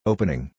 Opening